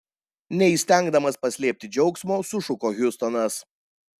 neįstengdamas paslėpti džiaugsmo sušuko hiustonas